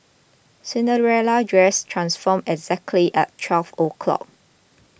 Cinderella's dress transformed exactly at twelve o' clock